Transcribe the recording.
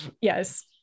Yes